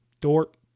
Dort